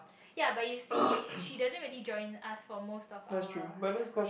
ya but you see she doesn't really join us for most of our yup